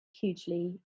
hugely